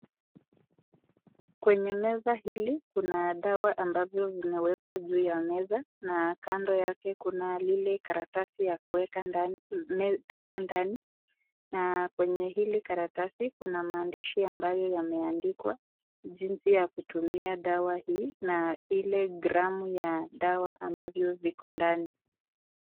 Kwenye meza hili, kuna dawa ambavyo vinawekwa juu ya meza na kando yake kuna lile karatasi ya kuweka ndani, dawa ndani, na kwenye hili karatasi kuna maandishi ambayo yemeandikwa, jinsi ya kutumia dawa hii, na ile gramu ya dawa ambavyo viko ndani.